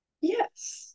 Yes